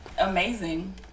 amazing